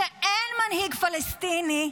שאין מנהיג פלסטיני,